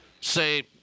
say